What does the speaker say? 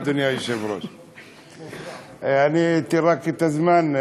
רק הזמן,